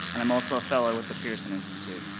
and i'm also a fellow with the pearson institute.